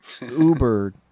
Uber